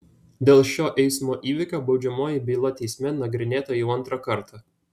dėl šio eismo įvykio baudžiamoji byla teisme nagrinėta jau antrą kartą